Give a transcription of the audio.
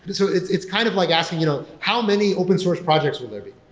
but so it's it's kind of like asking you know how many open source projects will there be?